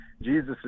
Jesus